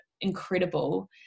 incredible